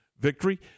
victory